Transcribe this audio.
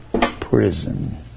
prison